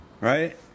right